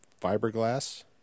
fiberglass